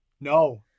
No